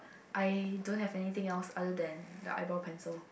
I don't have anything else other than the eyebrow pencil